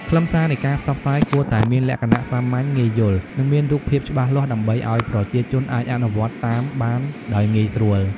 ខ្លឹមសារនៃការផ្សព្វផ្សាយគួរតែមានលក្ខណៈសាមញ្ញ ងាយយល់ និងមានរូបភាពច្បាស់លាស់ដើម្បីឲ្យប្រជាជនអាចអនុវត្តតាមបានដោយងាយស្រួល។